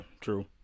true